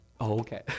Okay